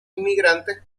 inmigrantes